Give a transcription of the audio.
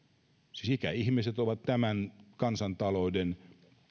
siis ikäihmiset ovat tämän kansantalouden